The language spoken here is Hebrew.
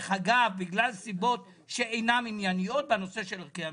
אגב מסיבות שאינן ענייניות בנושא של ערכי המשפחה.